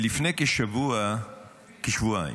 לפני כשבועיים